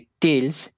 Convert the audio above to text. tails